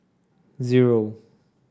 zero